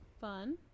fun